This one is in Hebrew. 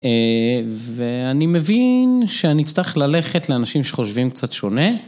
ואני מבין שאני אצטרך ללכת לאנשים שחושבים קצת שונה.